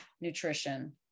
nutrition